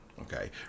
Okay